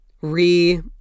Re